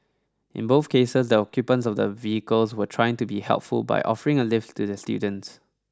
in both cases the occupants of the vehicles were trying to be helpful by offering a lift to the students